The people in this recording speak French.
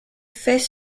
faits